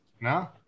no